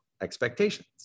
expectations